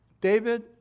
David